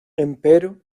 empero